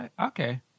okay